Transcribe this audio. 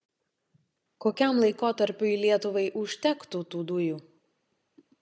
kokiam laikotarpiui lietuvai užtektų tų dujų